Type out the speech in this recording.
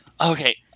okay